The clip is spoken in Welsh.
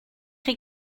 chi